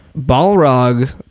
Balrog